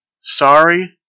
Sorry